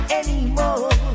anymore